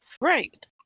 Right